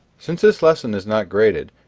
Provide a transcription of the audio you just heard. since this lesson is not graded,